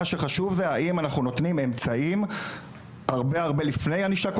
מה שחשוב זה האם אנחנו נותנים אמצעים הרבה הרבה לפני ענישה קולקטיבית.